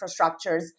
infrastructures